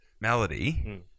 melody